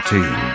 Team